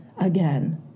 again